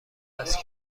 است